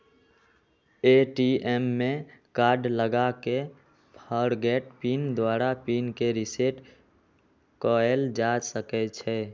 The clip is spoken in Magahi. ए.टी.एम में कार्ड लगा कऽ फ़ॉरगोट पिन द्वारा पिन के रिसेट कएल जा सकै छै